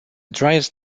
driest